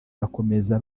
bakomeza